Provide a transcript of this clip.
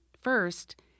First